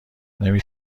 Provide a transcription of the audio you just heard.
نمی